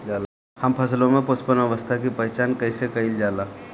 हम फसलों में पुष्पन अवस्था की पहचान कईसे कईल जाला?